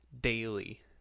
daily